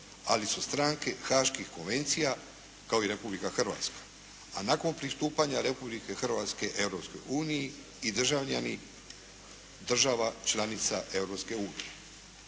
ali su stranke haških konvencija kao i Republika Hrvatska. A nakon pristupanja Republike Hrvatske Europskoj uniji i državljani, država članica